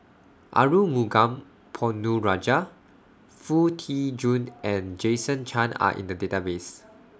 Arumugam Ponnu Rajah Foo Tee Jun and Jason Chan Are in The Database